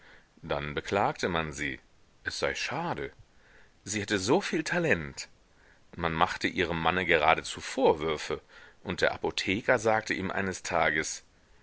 dann beklagte man sie es sei schade sie hätte soviel talent man machte ihrem manne geradezu vorwürfe und der apotheker sagte ihm eines tages